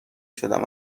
شدم